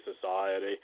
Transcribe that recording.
society